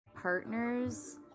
Partners